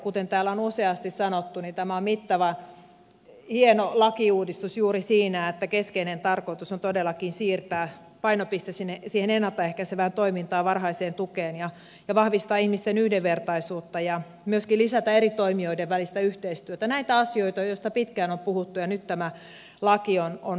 kuten täällä on useasti sanottu tämä on mittava hieno lakiuudistus juuri siinä että keskeinen tarkoitus on todellakin siirtää painopiste siihen ennalta ehkäisevään toimintaan varhaiseen tukeen ja vahvistaa ihmisten yhdenvertaisuutta ja myöskin lisätä eri toimijoiden välistä yhteistyötä näitä asioita joista pitkään on puhuttu ja nyt tämä laki on saatu